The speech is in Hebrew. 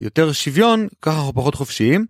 יותר שוויון, ככה אנחנו פחות חופשיים.